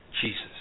Jesus